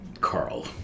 Carl